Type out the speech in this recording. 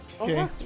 Okay